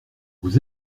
vous